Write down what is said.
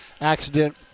accident